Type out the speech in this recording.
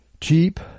Cheap